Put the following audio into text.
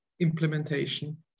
implementation